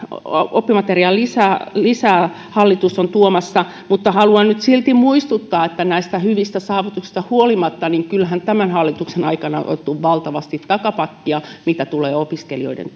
oppimateriaalilisää hallitus on tuomassa mutta haluan nyt silti muistuttaa että kyllähän näistä hyvistä saavutuksista huolimatta tämän hallituksen aikana on otettu valtavasti takapakkia mitä tulee opiskelijoiden